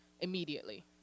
immediately